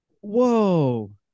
Whoa